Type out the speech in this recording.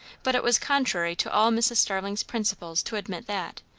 but it was contrary to all mrs. starling's principles to admit that,